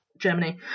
Germany